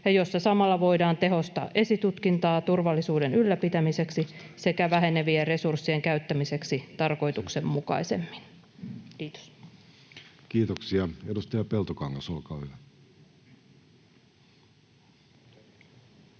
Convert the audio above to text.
ja samalla voidaan tehostaa esitutkintaa turvallisuuden ylläpitämiseksi sekä vähenevien resurssien käyttämiseksi tarkoituksenmukaisemmin. — Kiitos. Kiitoksia. — Edustaja Peltokangas, olkaa hyvä. Kiitos,